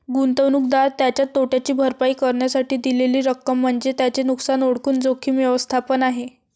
गुंतवणूकदार त्याच्या तोट्याची भरपाई करण्यासाठी दिलेली रक्कम म्हणजे त्याचे नुकसान ओळखून जोखीम व्यवस्थापन आहे